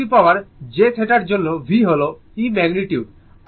e jθ জন্য V হল e magnitude